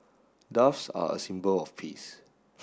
doves are a symbol of peace